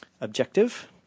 objective